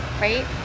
right